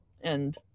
And-